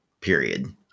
Period